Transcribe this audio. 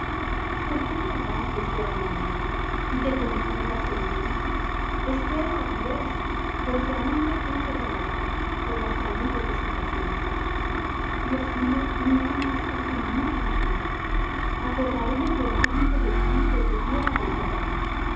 por qué te abates oh alma mía y te conturbas en mí espera á dios porque aun le tengo de alabar por las saludes de su presencia dios mío mi alma está en mí abatida acordaréme por tanto de ti desde tierra del jordán